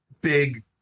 big